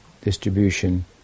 distribution